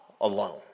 alone